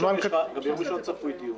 גם ביום ראשון צפוי דיון.